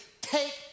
take